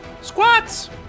Squats